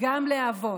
גם לאבות.